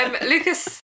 Lucas